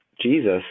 Jesus